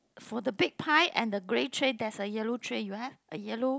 for the big pie and the grey tray there's a yellow tray you have a yellow